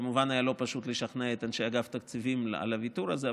כמובן היה לא פשוט לשכנע את אנשי אגף התקציבים בוויתור הזה,